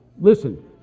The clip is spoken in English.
Listen